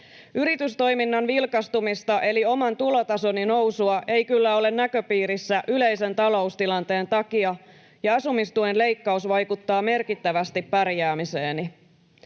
Yritystoiminnan vilkastumista, eli oman tulotasoni nousua, ei kyllä ole näköpiirissä yleisen taloustilanteen takia, ja asumistuen leikkaus vaikuttaa merkittävästi pärjäämiseeni.